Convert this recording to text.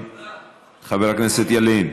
חבר הכנסת חיים ילין,